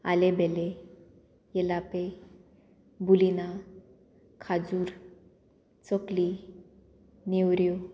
आलेबेले येलापे बुलीना खाजूर चकली नेवऱ्यो